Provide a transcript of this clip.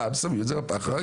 רובם שמים את זה בפח הרגיל.